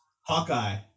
Hawkeye